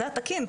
זה התקין,